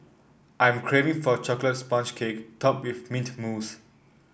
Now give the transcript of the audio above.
I am craving for a chocolate sponge cake topped with mint mousse